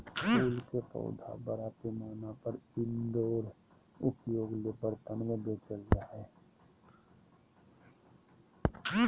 फूल के पौधा बड़ा पैमाना पर इनडोर उपयोग ले बर्तन में बेचल जा हइ